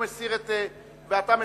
ואתה מסיר.